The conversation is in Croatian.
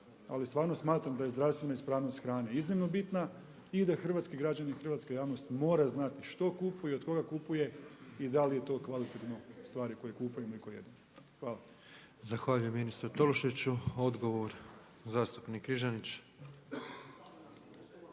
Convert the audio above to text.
ali stvarno smatram da je zdravstva ispravnost hrane iznimno bitna i da hrvatski građani i hrvatska javnost mora znati što kupuje i od kupuje i da li je to kvalitetno stvari koje kupujemo i koje jedemo. Hvala. **Petrov, Božo (MOST)** Zahvaljujem ministru Tolušiću. Odgovor, zastupnik Križanić.